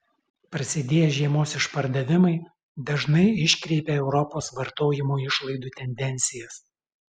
prasidėję žiemos išpardavimai dažnai iškreipia europos vartojimo išlaidų tendencijas